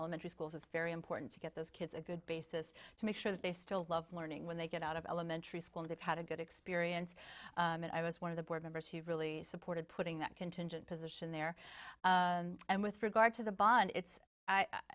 elementary schools it's very important to get those kids a good basis to make sure that they still love learning when they get out of elementary school and they've had a good experience and i was one of the board members who really supported putting that contingent position there and with regard to the bond it's i